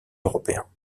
européen